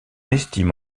estime